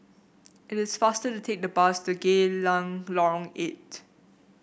it is faster to take the bus to Geylang Lorong Eight